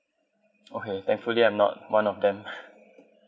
okay thankfully I'm not one of them